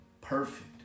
Perfect